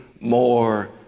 more